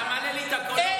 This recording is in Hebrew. אתה מעלה לי את הקולות.